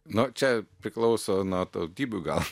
nu čia priklauso nuo tautybių gal